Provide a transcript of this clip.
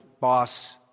boss